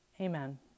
Amen